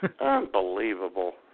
Unbelievable